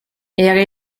era